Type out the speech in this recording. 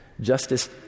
Justice